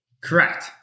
Correct